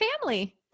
family